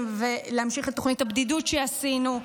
ולהמשיך את תוכנית הבדידות שעשינו.